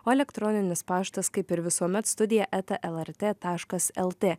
o elektroninis paštas kaip ir visuomet studija eta lrt taškas lt